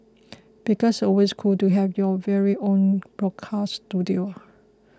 because always cool to have your very own broadcast studio